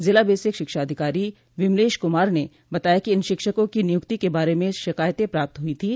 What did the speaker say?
जिला बेसिक शिक्षा अधिकारी विमलेश कुमार ने बताया कि इन शिक्षकों की नियुक्ति के बारे में शिकायतें प्राप्त हुई थीं